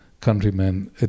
countrymen